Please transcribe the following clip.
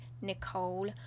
Nicole